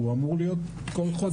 הוא אמור להיות כול חודש.